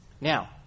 Now